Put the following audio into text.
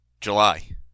July